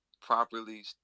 properly